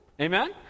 Amen